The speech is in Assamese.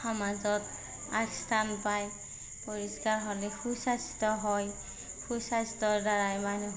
সমাজত আগস্থান পায় পৰিষ্কাৰ হ'লে সুস্বাস্থ্য হয় সুস্বাস্থ্যৰদ্বাৰাই মানুহ